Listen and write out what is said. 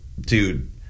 dude